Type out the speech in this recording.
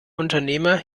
unternehmer